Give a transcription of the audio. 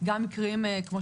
גם מקרים של